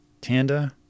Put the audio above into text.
Tanda